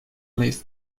live